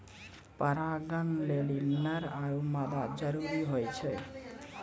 परागण लेलि नर आरु मादा जरूरी होय छै